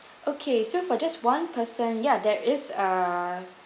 okay so for just one person ya there is uh